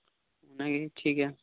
ᱚᱱᱟ ᱜᱮ ᱴᱷᱤᱠ ᱜᱮᱭᱟ